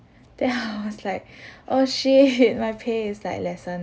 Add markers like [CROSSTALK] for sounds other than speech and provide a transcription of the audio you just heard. then [LAUGHS] I was like oh shit [LAUGHS] my pay is like lesser